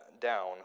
down